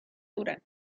duran